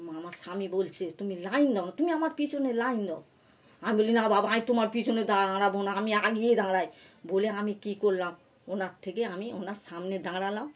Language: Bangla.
আমার স্বামী বলছে তুমি লাইন দাও না তুমি আমার পিছনে লাইন দাও আমি বলি না বাবা আমি তোমার পিছনে দাঁড়াবো না আমি আগেই দাঁড়াই বলে আমি কী করলাম ওনার থেকে আমি ওনার সামনে দাঁড়ালাম